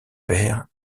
perd